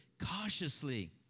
cautiously